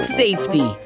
safety